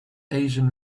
asian